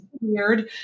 weird